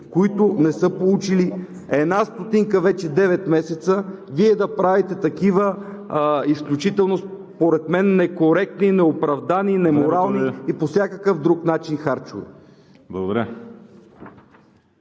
които не са получили една стотинка вече девет месеца, Вие да правите такива изключително според мен некоректни, неоправдани и неморални и по всякакъв друг начин харчове.